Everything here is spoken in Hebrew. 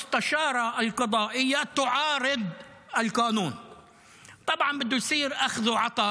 זה עדיין לא חוק,